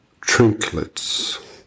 Trinklets